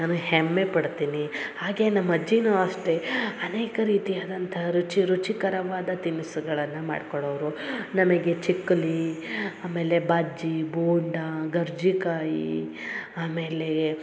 ನಾನು ಹೆಮ್ಮೆ ಪಡ್ತೀನಿ ಹಾಗೆ ನಮ್ಮ ಅಜ್ಜಿನು ಅಷ್ಟೆ ಅನೇಕ ರೀತಿಯಾದಂಥ ರುಚಿ ರುಚಿಕರವಾದ ತಿನಿಸುಗಳನ್ನ ಮಾಡ್ಕೊಡೋರು ನಮಗೆ ಚಕ್ಕುಲಿ ಆಮೇಲೆ ಬಜ್ಜಿ ಬೋಂಡ ಕರ್ಜಿಕಾಯಿ ಆಮೇಲೆ